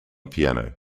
piano